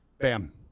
Bam